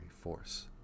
force